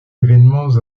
événements